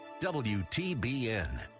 WTBN